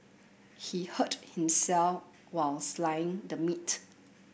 he hurt himself while the meat